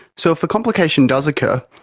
so if a complication does occur,